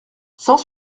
cent